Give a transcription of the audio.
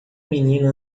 menina